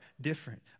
different